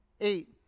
eight